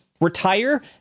retire